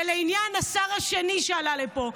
ובעניין השר השני שעלה לפה,